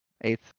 eighth